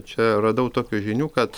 čia radau tokių žinių kad